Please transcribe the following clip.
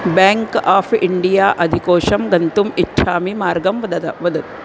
bank of India अधिकोषं गन्तुम् इच्छामि मार्गं वद वद